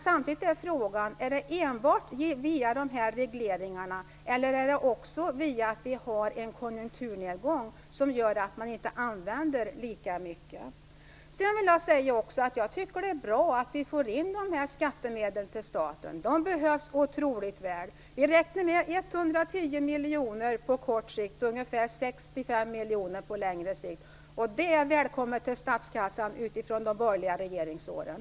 Samtidigt är frågan: Beror detta enbart på regleringarna eller beror det också på att vi har en konjunkturnedgång som gör att vi inte använder lika mycket grus? Sedan tycker jag att det är bra att vi får in dessa skattemedel till staten. De behövs oerhört väl. Man räknar med ca 110 miljoner på kort sikt och ca 65 miljoner på längre sikt, och det är välkommet till statskassan nu efter de borgerliga regeringsåren.